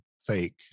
fake